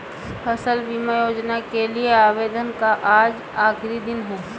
फसल बीमा योजना के लिए आवेदन का आज आखरी दिन है